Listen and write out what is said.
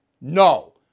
No